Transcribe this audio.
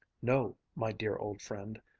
no, my dear old friend.